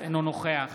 אינו נוכח